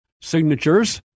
signatures